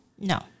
No